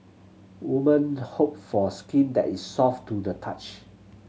woman hope for skin that is soft to the touch